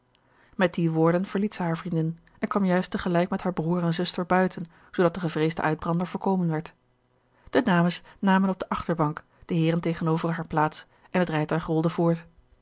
met die woorden verliet hij hare vriendin en kwam juist tegelijk met haar broer en zuster buiten zoodat de gevreesde uitbrander voorkomen werd de dames namen op de achterbank de heeren tegenover haar plaats en het rijtuig rolde voort